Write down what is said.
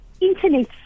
internet